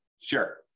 Sure